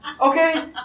Okay